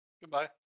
Goodbye